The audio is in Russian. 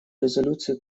резолюции